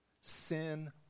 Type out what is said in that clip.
sin